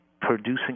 producing